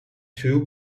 two